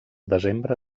desembre